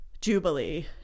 Jubilee